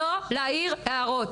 לא להעיר הערות.